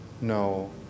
No